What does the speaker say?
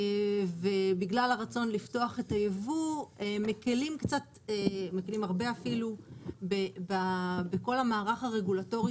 בגלל הרצון לפתוח את הייבוא מקלים הרבה בכל המערך הרגולטורי